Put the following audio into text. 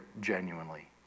genuinely